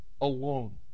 alone